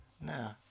No